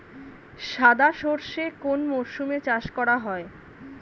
সাদা সর্ষে কোন মরশুমে চাষ করা হয়?